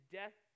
death